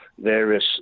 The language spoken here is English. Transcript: various